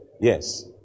Yes